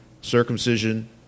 circumcision